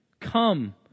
Come